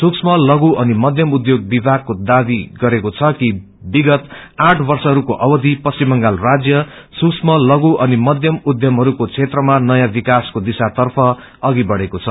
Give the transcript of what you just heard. सुक्स्म लषु अनि मध्यम उध्योग विभागले दावी गरेको छ कि विगत आठ वर्षहरूको अवधि पश्चिम बंगाल राजय सुक्ष्म लषु अनि मध्यम उध्यमहरूको क्षेत्रमा नयाँ विकासको दिशातर्फ अघि बढ़ेको छ